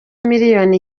miliyoni